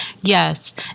yes